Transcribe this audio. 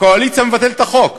הקואליציה מבטלת את החוק.